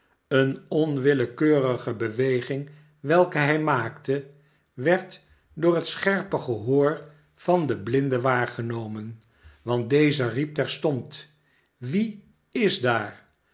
eene onwillekeurige beweging welke hij maakte werd door het scherpe gehoor van den blinde waargenomen want deze riep terstond wie is daar